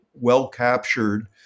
well-captured